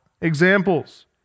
examples